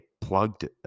plugged –